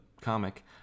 comic